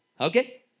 Okay